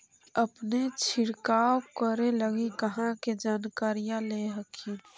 अपने छीरकाऔ करे लगी कहा से जानकारीया ले हखिन?